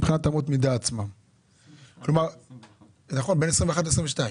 מבחינת אמות המידה עצמן בין 2021 ל-2022.